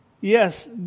yes